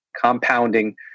compounding